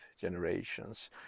generations